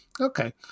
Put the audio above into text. Okay